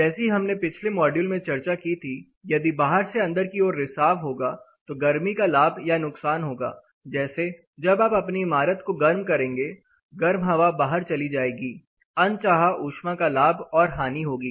जैसी हमने पिछले मॉड्यूल में चर्चा की थी यदि बाहर से अंदर की ओर रिसाव होगा तो गर्मी का लाभ या नुकसान होगा जैसे जब आप अपनी इमारत को गर्म करेंगे गर्म हवा बाहर चली जाएगी अनचाहा ऊष्मा का लाभ और हानि होगी